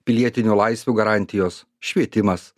pilietinių laisvių garantijos švietimas